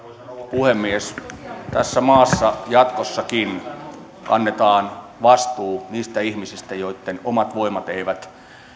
puhemies tässä maassa jatkossakin kannetaan vastuu niistä ihmisistä joitten omat voimat eivät